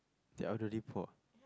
the elderly poor